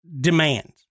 demands